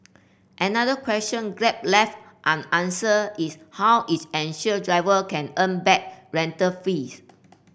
another question Grab left unanswered is how it ensure driver can earn back rental fees